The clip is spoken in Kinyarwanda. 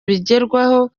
bigerwaho